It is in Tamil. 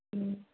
ம்